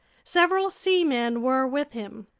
several seamen were with him.